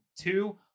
two